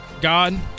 God